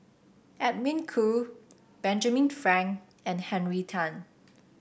Edwin Koo Benjamin Frank and Henry Tan